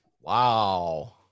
wow